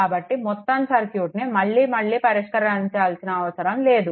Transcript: కాబట్టి మొత్తం సర్క్యూట్ను మళ్లీ మళ్లీ పరిష్కరించాల్సిన అవసరం లేదు